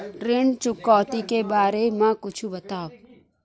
ऋण चुकौती के बारे मा कुछु बतावव?